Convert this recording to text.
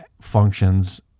functions